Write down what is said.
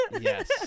yes